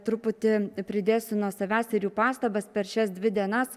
truputį pridėsiu nuo savęs ir jų pastabas per šias dvi dienas